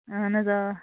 اَہَن حظ آ